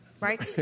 right